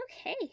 Okay